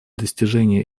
достижение